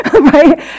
right